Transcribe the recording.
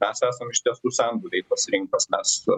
mes esam iš tiesų senbūviai tos rinkos mes